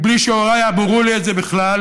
בלי שהוריי אמרו לי את זה בכלל,